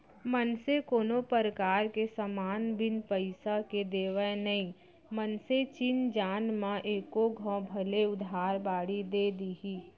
मनसे कोनो परकार के समान बिन पइसा के देवय नई मनसे चिन जान म एको घौं भले उधार बाड़ी दे दिही